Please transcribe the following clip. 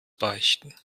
beichten